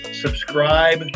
subscribe